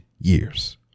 years